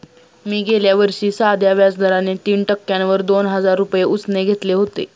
मी गेल्या वर्षी साध्या व्याज दराने तीन टक्क्यांवर दोन हजार रुपये उसने घेतले होते